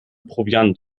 proviant